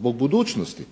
zbog budućnosti